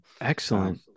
excellent